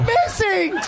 missing